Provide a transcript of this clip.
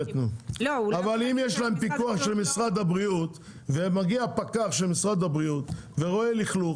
אבל אם יש להם פיקוח של משרד הבריאות ומגיע פקח ורואה לכלוך,